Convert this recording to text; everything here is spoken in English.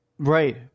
Right